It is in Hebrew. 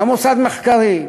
גם מוסד מחקרי,